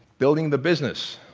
building the business,